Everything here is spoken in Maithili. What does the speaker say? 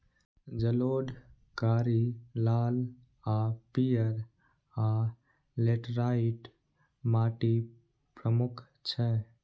जलोढ़, कारी, लाल आ पीयर, आ लेटराइट माटि प्रमुख छै